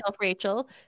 Rachel